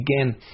again